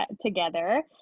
together